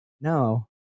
no